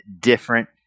different